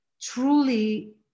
truly